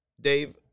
Dave